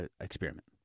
experiment